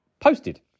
posted